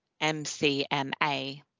MCMA